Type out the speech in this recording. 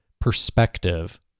perspective